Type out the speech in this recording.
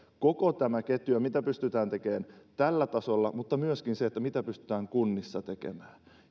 koko tämä ketju mitä pystytään tekemään tällä tasolla mutta myöskin mitä pystytään kunnissa tekemään